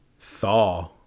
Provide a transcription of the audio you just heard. thaw